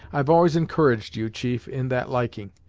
i've always encouraged you, chief, in that liking,